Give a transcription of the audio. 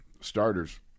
starters